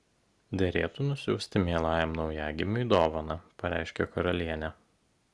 derėtų nusiųsti mielajam naujagimiui dovaną pareiškė karalienė